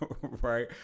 Right